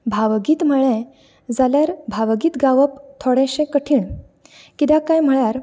भावगीत म्हळें जाल्यार भावगीत गावप थोडेशें कठीण कित्याक काय म्हळ्यार